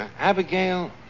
Abigail